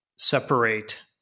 Separate